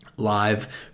live